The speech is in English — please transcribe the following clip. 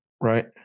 Right